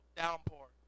downpour